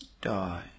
Die